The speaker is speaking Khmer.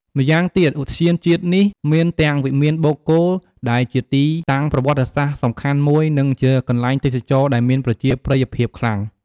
ម៉្យាងទៀត ឧទ្យានជាតិនេះមានទាំងវិមានបូកគោ ដែលជាទីតាំងប្រវត្តិសាស្ត្រសំខាន់មួយ និងជាកន្លែងទេសចរដែលមានប្រជាប្រិយភាពខ្លាំង។